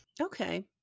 Okay